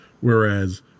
Whereas